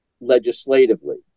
legislatively